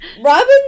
Robin